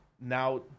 now